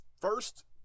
first